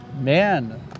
Man